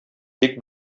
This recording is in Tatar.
тик